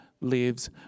lives